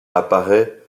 apparaît